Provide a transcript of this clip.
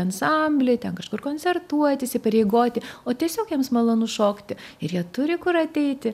ansamblį ten kažkur koncertuoti įsipareigoti o tiesiog jiems malonu šokti ir jie turi kur ateiti